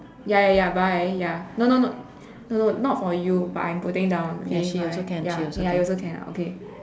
ya ya ya bye ya no no no no no not for you but I'm putting down okay bye ya okay you also can ah okay